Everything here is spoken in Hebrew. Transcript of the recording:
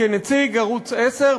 כנציג ערוץ 10,